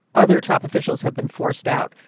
other top officials have been forced out.